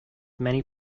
many